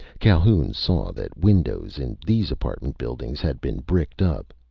calhoun saw that windows in these apartment buildings had been bricked up.